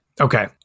Okay